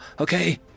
Okay